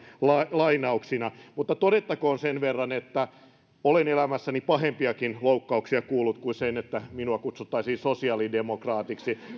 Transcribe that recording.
lainauksina mutta todettakoon sen verran että olen elämässäni pahempiakin loukkauksia kuullut kuin sen että minua kutsuttaisiin sosiaalidemokraatiksi